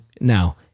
now